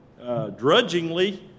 drudgingly